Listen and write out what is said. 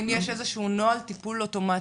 האם יש איזשהו נוהל טיפול אוטומטי?